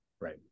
right